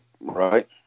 right